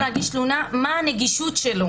להגיש תלונה מה הנגישות שלו אלינו?